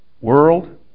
world